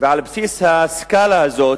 ועל בסיס הסקאלה הזו